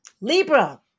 Libra